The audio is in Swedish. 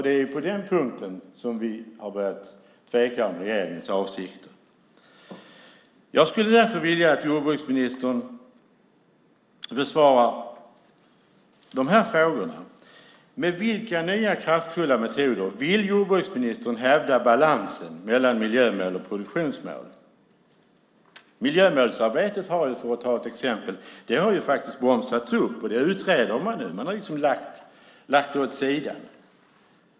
Det är på den punkten vi har börjat tveka om regeringens avsikter. Jag skulle därför vilja att jordbruksministern besvarar dessa frågor. Med vilka nya kraftfulla metoder vill jordbruksministern hävda balansen mellan miljömål och produktionsmål? För att ta ett exempel har miljömålsarbetet bromsats upp. Det utreder man nu, och man har lagt det åt sidan.